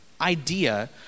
idea